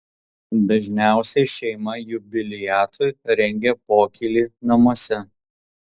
dažniausiai šeima jubiliatui rengia pokylį namuose